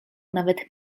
nawet